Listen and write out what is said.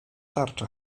tarcza